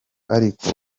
ariko